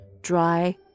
dry